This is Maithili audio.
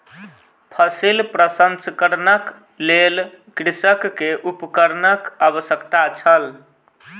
फसिल प्रसंस्करणक लेल कृषक के उपकरणक आवश्यकता छल